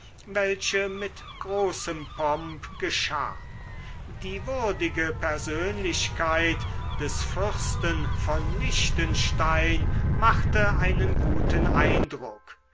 welche mit großem pomp geschah die würdige persönlichkeit des fürsten von liechtenstein machte einen guten eindruck